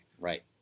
Right